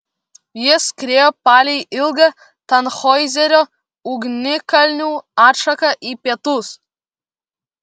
jie skriejo palei ilgą tanhoizerio ugnikalnių atšaką į pietus